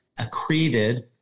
accreted